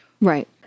Right